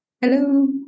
Hello